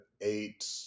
eight